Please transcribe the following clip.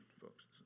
folks